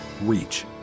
reach